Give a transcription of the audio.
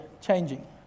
changing